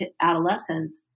adolescence